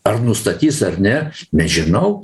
ar nustatys ar ne nežinau